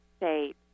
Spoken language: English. state